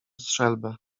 strzelbę